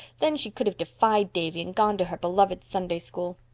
then she could have defied davy, and gone to her beloved sunday school.